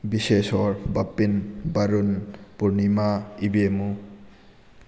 ꯕꯤꯁꯦꯁꯣꯔ ꯕꯥꯄꯤꯟ ꯕꯥꯔꯨꯟ ꯄꯨꯔꯅꯤꯃꯥ ꯏꯕꯦꯝꯃꯨ